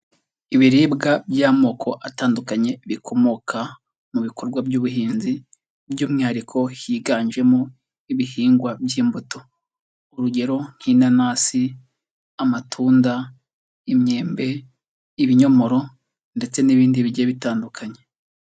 Ibiribwa by'amoko atandukanye bikomoka mu bikorwa by'ubuhinzi, by'umwihariko higanjemo ibihingwa by'imbuto, urugero nk'inanasi, amatunda, imyembe, ibinyomoro ndetse n'ibindi bigiye bitandukanye.